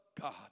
God